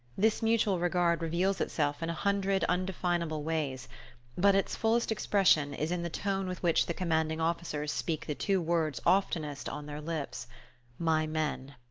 this mutual regard reveals itself in a hundred undefinable ways but its fullest expression is in the tone with which the commanding officers speak the two words oftenest on their lips my men.